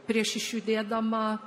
prieš išjudėdama